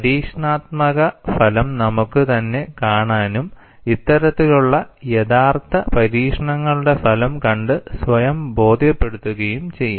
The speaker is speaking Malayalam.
പരീക്ഷണാത്മക ഫലം നമുക്ക് തന്നെ കാണാനും ഇത്തരത്തിലുള്ള യഥാർത്ഥ പരീക്ഷണങ്ങളുടെ ഫലം കണ്ടു സ്വയം ബോധ്യപ്പെടുകയും ചെയ്യാം